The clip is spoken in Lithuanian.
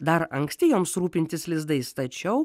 dar anksti joms rūpintis lizdais tačiau